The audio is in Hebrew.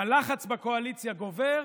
הלחץ בקואליציה גובר,